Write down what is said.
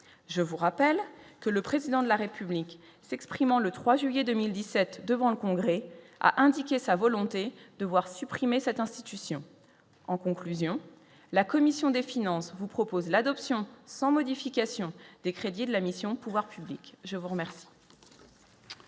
je vous rappelle que le président de la République s'exprimant le 3 juillet 2017 devant le Congrès, a indiqué sa volonté de voir supprimer cette institution en conclusion, la commission des finances vous propose l'adoption sans modification des crédits de la mission, pouvoirs publics, je vous remercie.